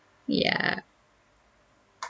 ya